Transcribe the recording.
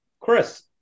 Chris